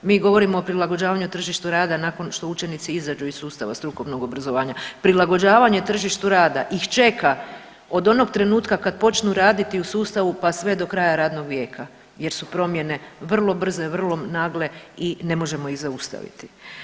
Mi govorimo o prilagođavanju tržištu rada nakon što učenici izađu iz sustava strukovnog obrazovanja, prilagođavanje tržištu rada ih čeka od onog trenutka kad počnu raditi u sustavu pa sve do kraja radnog vijeka jer su promjene vrlo brze i vrlo nagle i ne možemo ih zaustaviti.